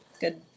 good